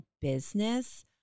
business